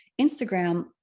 Instagram